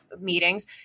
meetings